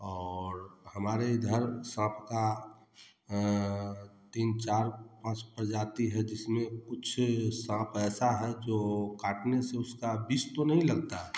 और हमारे इधर साँप का तीन चार पाँच प्रजाति है जिसमें कुछ साँप ऐसा है जो काटने से उसका विष तो नहीं लगता है